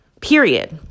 period